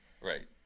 Right